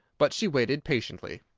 but she waited patiently.